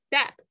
step